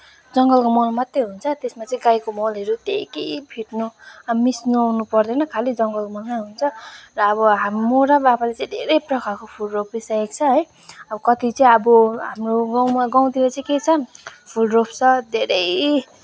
जङ्गलको मल मात्रै हुन्छ त्यसमा चाहिँ गाईको मलहरू केही केही फिट्नु मिस्नु ओर्नु पर्दैन खालि जङ्गलको मलमै हुन्छ र अब हाम म र बाबाले चाहिँ धेरै प्रकारको फुल रोपिसकेको छ है अब कति चाहिँ अब हाम्रो गाउँमा गाउँतिर चाहिँ के छ फुल रोप्छ धेरै